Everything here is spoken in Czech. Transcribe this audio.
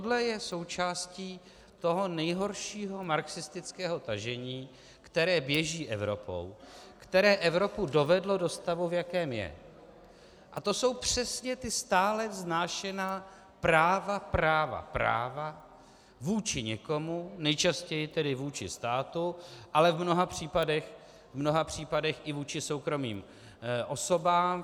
Tohle je součástí toho nejhoršího marxistického tažení, které běží Evropou, které Evropu dovedlo do stavu, v jakém je, a to jsou přesně ta stále vznášená práva práva práva vůči někomu, nejčastěji vůči státu, ale v mnoha případech i vůči soukromým osobám.